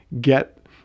get